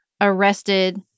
arrested